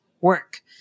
work